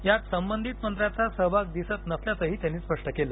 यात संबंधित मंत्र्यांचा सहभाग दिसत नसल्याचं त्यांनी स्पष्ट केलं